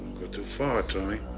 too far, tony.